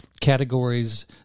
categories